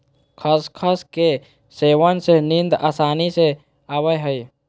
खसखस के सेवन से नींद आसानी से आवय हइ